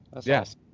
Yes